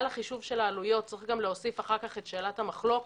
על החישוב של העלויות צריך להוסיף אחר כך את שאלת המחלוקת.